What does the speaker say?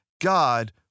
God